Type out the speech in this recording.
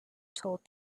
told